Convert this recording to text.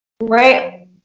Right